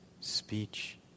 speech